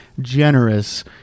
generous